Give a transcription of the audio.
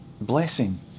blessing